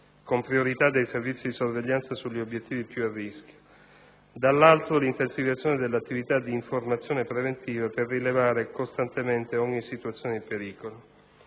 con priorità dei servizi di sorveglianza sugli obiettivi più esposti a rischio, dall'altro, l'intensificazione dell'attività di informazione preventiva per la rilevazione costante di ogni situazione di pericolo.